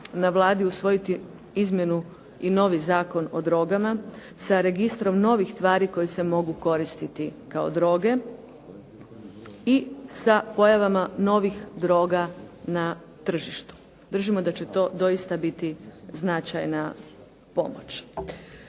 na Vladi usvojiti izmjenu i novi Zakon o drogama sa registrom novih tvari koje se mogu koristiti kao droge i sa pojavama novih droga na tržištu. Držimo da će to doista biti značajna pomoć.